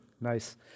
Nice